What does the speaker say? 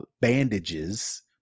bandages